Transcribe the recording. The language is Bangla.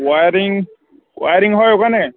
ওয়ারিং ওয়ারিং হয় ওখানে